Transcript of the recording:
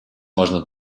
можно